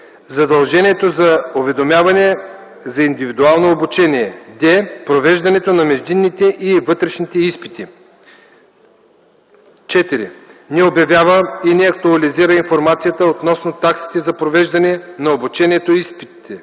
задължението за уведомяване за индивидуално обучение; д) провеждането на междинните и вътрешните изпити; 4. не обявява и не актуализира информацията относно таксите за провеждане на обучението и изпитите;